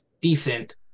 decent